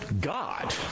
God